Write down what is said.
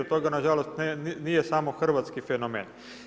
Toga nažalost, nije samo hrvatski fenomen.